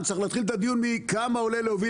צריך להתחיל את הדיון מכמה עולה להוביל